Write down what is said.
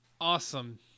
awesome